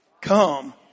come